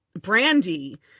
Brandy